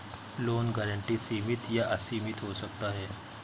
loan guarantee सीमित या असीमित हो सकता है